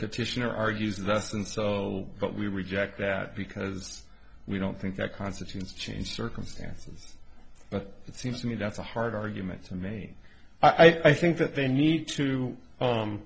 petitioner argues that's and so but we reject that because we don't think that constitutes change circumstances but it seems to me that's a hard argument to me i think that they need to